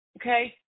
okay